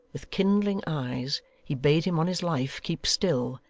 with kindling eyes, he bade him on his life keep still,